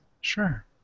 Sure